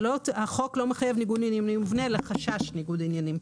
החוק לא מחייב ניגוד עניינים מובנה אלא חשש לניגוד עניינים.